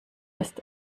ist